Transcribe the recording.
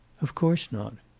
of course not.